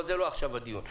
אבל זה לא הדיון עכשיו.